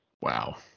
Wow